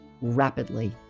rapidly